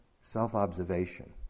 self-observation